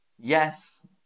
Yes